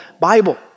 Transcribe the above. Bible